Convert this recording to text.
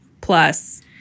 plus